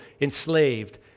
enslaved